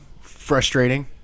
Frustrating